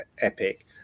Epic